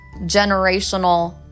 generational